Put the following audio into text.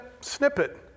snippet